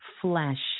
flesh